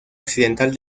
occidental